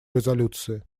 резолюции